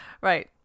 Right